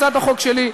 הצעת החוק שלי.